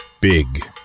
Big